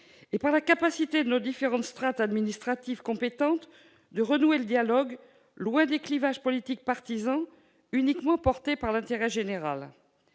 et par la capacité de nos différentes strates administratives compétentes de renouer le dialogue, loin des clivages politiques partisans, uniquement porté par l'intérêt général.